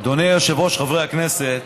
אדוני היושב-ראש, חברי הכנסת,